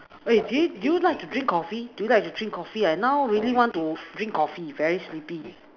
eh do you do you like to drink Coffee do you like to drink Coffee I now really want to drink Coffee very sleepy